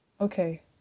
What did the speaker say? Okay